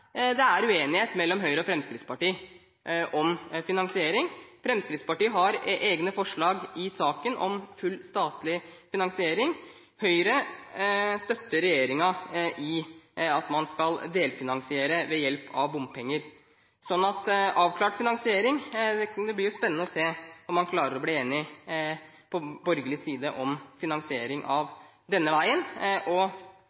det er uenighet mellom Høyre og Fremskrittspartiet om finansiering. Fremskrittspartiet har eget forslag i saken om full statlig finansiering. Høyre støtter regjeringen i at man skal delfinansiere ved hjelp av bompenger. Når det gjelder avklart finansiering, blir det spennende å se om man klarer å bli enige på borgerlig side om finansering av denne veien og